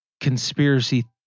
conspiracy